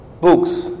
books